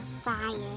Fire